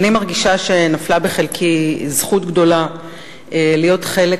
אני מרגישה שנפלה בחלקי זכות גדולה להיות חלק